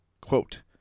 quote